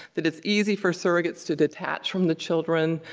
that it's easy for surrogates to detach from the children.